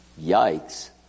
Yikes